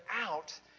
out